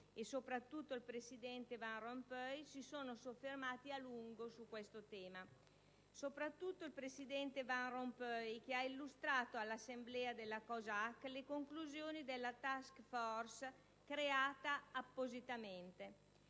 Consiglio europeo Van Rompuy si sono soffermati a lungo su di esso. Soprattutto il presidente Van Rompuy ha illustrato all'assemblea della COSAC le conclusioni della *task force* creata appositamente.